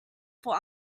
for